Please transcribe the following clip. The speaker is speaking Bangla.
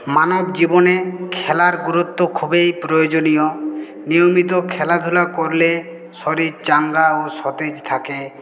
মানব জীবনে খেলার গুরুত্ব খুবই প্রয়োজনীয় নিয়মিত খেলাধূলা করলে শরীর চাঙ্গা ও সতেজ থাকে